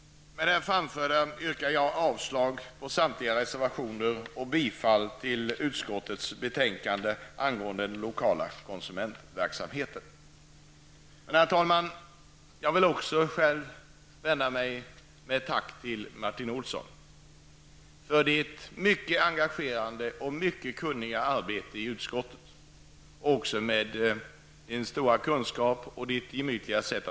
Med det anförda yrkar jag avslag på samtliga reservationer och bifall till utskottets hemställan i lagutskottets betänkande angående den lokala konsumentverksamheten. Herr talman! Jag vill också vända mig till Martin Olsson och tacka honom för hans mycket engagerade och kunniga arbete i utskottet, som han utfört med stor kunskap och på ett gemytligt sätt.